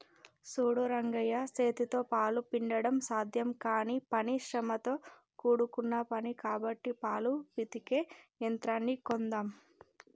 సూడు రంగయ్య సేతితో పాలు పిండడం సాధ్యం కానీ పని శ్రమతో కూడుకున్న పని కాబట్టి పాలు పితికే యంత్రాన్ని కొందామ్